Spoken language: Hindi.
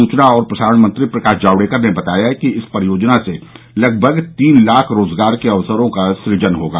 सूचना और प्रसारण मंत्री प्रकाश जावडेकर ने बताया कि इस परियोजना से लगभग तीन लाख रोजगार के अवसरों का सृजन होगा